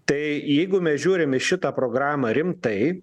tai jeigu mes žiūrim į šitą programą rimtai